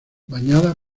bañada